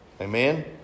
Amen